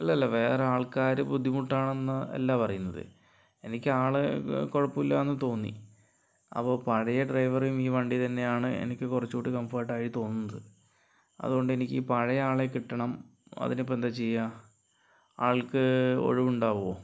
അല്ല അല്ല വേറെ ആൾക്കാര് ബുദ്ധിമുട്ടാണെന്ന് അല്ല പറയുന്നത് എനിക്ക് ആള് കുഴപ്പമില്ലായെന്ന് തോന്നി അപ്പോൾ പഴയ ഡ്രൈവറെയും ഈ വണ്ടി തന്നെയാണ് എനിക്ക് കുറച്ചു കൂടി കംഫർട്ട് ആയി തോന്നുന്നത് അതുകൊണ്ട് എനിക്ക് പഴയ ആളെ കിട്ടണം അതിനിപ്പോൾ എന്താ ചെയ്യുക ആൾക്ക് ഒഴിവ് ഉണ്ടാവുമോ